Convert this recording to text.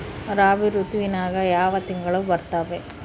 ರಾಬಿ ಋತುವಿನ್ಯಾಗ ಯಾವ ತಿಂಗಳು ಬರ್ತಾವೆ?